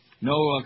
No